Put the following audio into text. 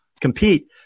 compete